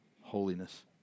Holiness